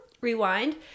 rewind